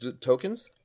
tokens